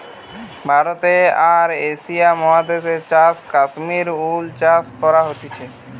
ভারতে আর এশিয়া মহাদেশে চাষ কাশ্মীর উল চাষ করা হতিছে